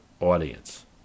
audience